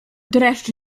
dreszcz